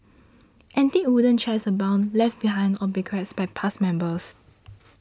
antique wooden chairs abound left behind or bequeathed by past members